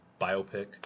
biopic